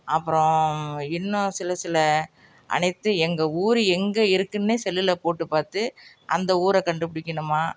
அப்புறம் இன்னும் சில சில அனைத்து எங்கள் ஊர் எங்கே இருக்குதுன்னே செல்லில் போட்டு பார்த்து அந்த ஊரை கண்டுப்பிடிக்கணுமா